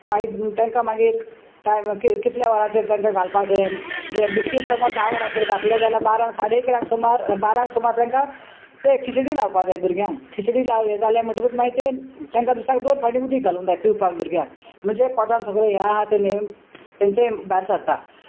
मागीर तेंकां मागीर टायम कितल्या वराचेर तेंकां घालपाचें बिस्कीट सोमोज धा वरांचेर घातलें जाल्यार बारांक साडे एकरांक सुमार बारांक सुमार तेंकां तें खिचडी लावपा जाय भुरग्यांक खिचडी हें जालें म्हणटकूच मागीर तें तेंकां दिसाक दोन फाटीं उदीक घालूंक जाय पिवपाक भुरग्यांक म्हणजे पोटान सगळें हें आहा तें तेंचे भायर सरता